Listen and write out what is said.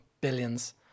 billions